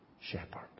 shepherd